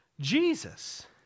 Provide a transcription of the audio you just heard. Jesus